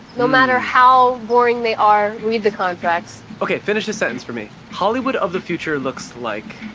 no matter how boring they are, read the contracts. ok, finish this sentence for me, hollywood of the future looks like.